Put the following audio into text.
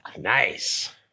nice